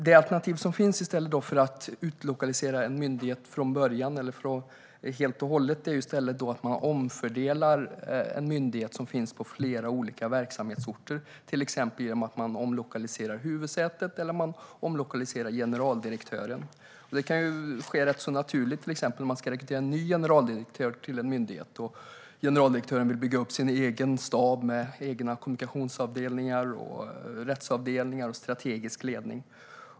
Det alternativ som finns i stället för att utlokalisera en myndighet från början eller helt och hållet är att man omfördelar en myndighet som finns på flera olika verksamhetsorter, till exempel genom att omlokalisera huvudsätet eller generaldirektören. Detta kan ske rätt naturligt, till exempel när en ny generaldirektör ska rekryteras till en myndighet och generaldirektören vill bygga upp sin egen stab med egna kommunikationsavdelningar, rättsavdelningar och strategisk ledning.